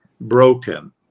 broken